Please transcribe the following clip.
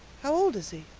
how old is he?